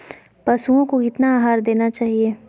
पशुओं को कितना आहार देना चाहि?